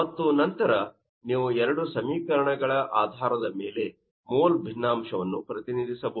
ಮತ್ತು ನಂತರ ನೀವು ಎರಡು ಸಮೀಕರಣಗಳ ಆಧಾರದ ಮೇಲೆ ಮೋಲ್ ಭಿನ್ನಾಂಶವನ್ನು ಪ್ರತಿನಿಧಿಸಬಹುದು